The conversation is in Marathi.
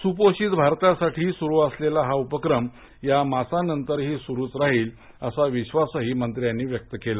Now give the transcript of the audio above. सुपोषित भारतासाठी सुरू झालेला हा उपक्रम या मासा नंतरही सुरूच राहील असा विश्वास ही मंत्र्यांनी व्यक्त केला